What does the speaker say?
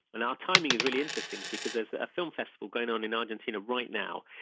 now timing is really interesting because there's a film festival going on in argentina right now.